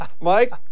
Mike